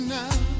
now